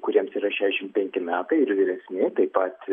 kuriems yra šešiasdešimt penki metai ir vyresni taip pat